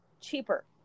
cheaper